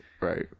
Right